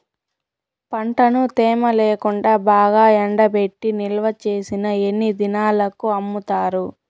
పంటను తేమ లేకుండా బాగా ఎండబెట్టి నిల్వచేసిన ఎన్ని దినాలకు అమ్ముతారు?